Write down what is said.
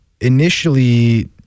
initially